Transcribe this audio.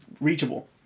reachable